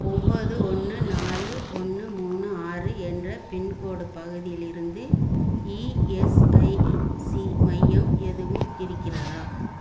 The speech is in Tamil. ஒன்பது ஒன்று நாலு ஒன்று மூணு ஆறு என்ற பின்கோடு பகுதியில் இருந்து இஎஸ்ஐஇசி மையம் எதுவும் இருக்கிறதா